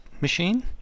machine